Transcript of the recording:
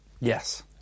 Yes